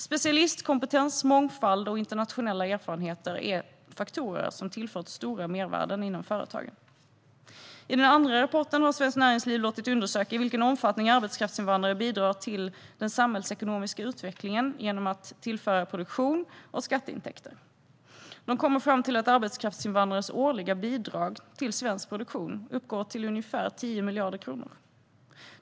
Specialistkompetens, mångfald och internationella erfarenheter är faktorer som tillfört stora mervärden inom företagen. I den andra rapporten har Svenskt Näringsliv låtit undersöka i vilken omfattning arbetskraftsinvandrare bidrar till den samhällsekonomiska utvecklingen genom att tillföra produktion och skatteintäkter. Man har kommit fram till att arbetskraftsinvandrares årliga bidrag till svensk produktion uppgår till ungefär 10 miljarder kronor.